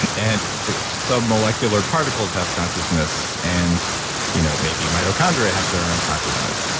and submolecular particles have consciousness and you know maybe mitochondria have their own consciousness.